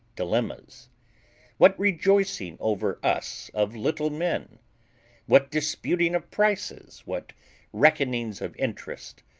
dilemmas what rejoicing over us of little men what disputing of prices, what reckonings of interest,